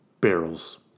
barrels